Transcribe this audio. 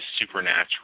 supernatural